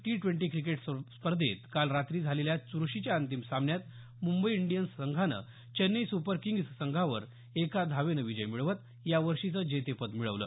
T twenty cricket स्पर्धेत काल रात्री झालेल्या चुरशीच्या अंतिम सामन्यात मुंबई इन्डीयन्स संघांन चेन्नई सुपर किंग्ज संघावर एका धावेनं विजय मिळवत यावर्षीचं जेतेपद मिळवलं